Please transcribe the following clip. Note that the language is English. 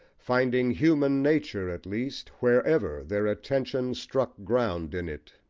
finding human nature at least wherever their attention struck ground in it.